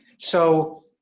so